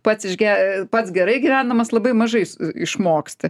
pats iš ge pats gerai gyvendamas labai mažais išmoksti